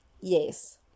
Yes